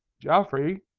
geoffrey,